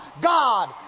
God